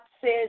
says